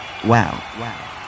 Wow